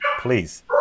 Please